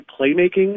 playmaking